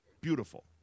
Beautiful